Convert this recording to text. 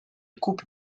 coupe